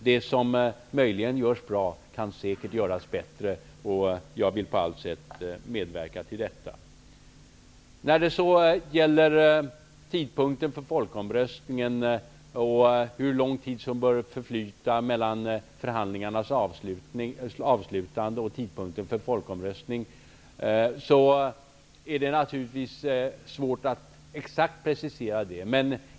Det som möjligen görs bra kan säkert göras bättre, och det vill jag på alla sätt medverka till. När det gäller hur lång tid som bör förflyta mellan förhandlingarnas avslutande och tidpunkten för folkomröstningen, är detta naturligtvis svårt att exakt precisera.